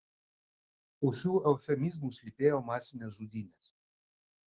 už šių eufemizmų slypėjo masinės žudynės